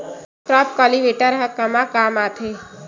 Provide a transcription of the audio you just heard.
Crop cultivator ला कमा काम आथे?